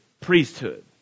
priesthood